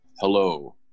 hello